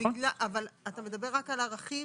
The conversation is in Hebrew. אבל אתה מדבר רק על הרכיב